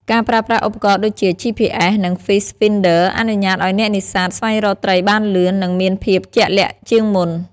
ការប្រើប្រាស់ឧបករណ៍ដូចជា GPS និង Fish Finder អនុញ្ញាតឲ្យអ្នកនេសាទស្វែងរកត្រីបានលឿន និងមានភាពជាក់លាក់ជាងមុន។